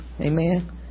Amen